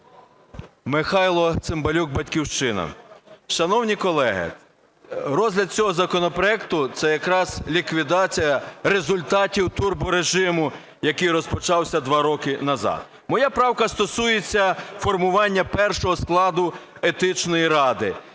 Михайло Цимбалюк, "Батьківщина". Шановні колеги, розгляд цього законопроекту – це якраз ліквідація результатів турборежиму, який розпочався два роки назад. Моя правка стосується формування першого складу Етичної ради,